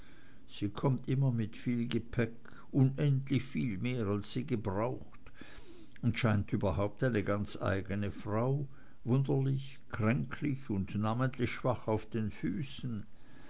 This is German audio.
sie kommt immer mit viel gepäck unendlich viel mehr als sie gebraucht und scheint überhaupt eine ganz eigene frau wunderlich kränklich und namentlich schwach auf den füßen